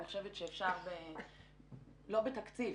אני חושבת שאפשר לא בתקציב.